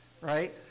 Right